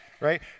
right